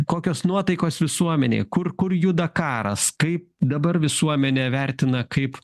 kokios nuotaikos visuomenėj kur kur juda karas kaip dabar visuomenė vertina kaip